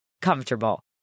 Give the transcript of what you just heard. comfortable